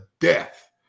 death